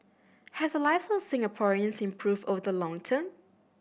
have the lives of Singaporeans improved over the long term